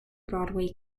broadway